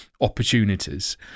opportunities